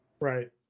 Right